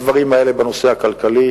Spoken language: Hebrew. הדברים האלה בנושא הכלכלי,